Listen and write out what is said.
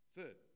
Third